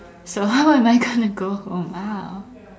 so how am I gonna go home now